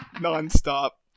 non-stop